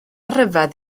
ryfedd